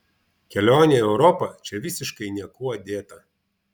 kelionė į europą čia visiškai niekuo dėta